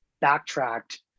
backtracked